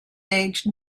age